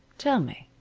tell me,